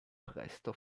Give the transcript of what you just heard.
presto